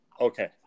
okay